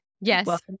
yes